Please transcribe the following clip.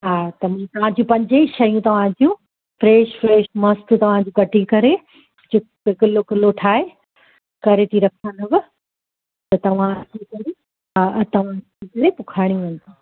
हा त मि तव्हांजूं पंज ई शयूं तव्हांजूं फ़्रेश फ़्रेश मस्तु तव्हांजूं कढी करे जि किलो किलो ठाहे करे थी रखांव त तव्हां अची करे हा तव्हां अची करे पोइ खणी वञिजो